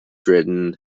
written